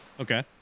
Okay